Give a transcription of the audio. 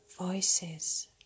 voices